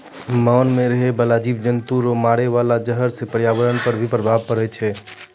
मान मे रहै बाला जिव जन्तु रो मारे वाला जहर से प्रर्यावरण पर भी प्रभाव पड़ै छै